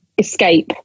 escape